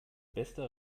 beste